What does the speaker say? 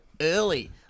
early